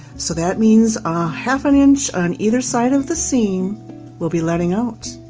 so that means a half an inch on either side of the seam we'll be letting out,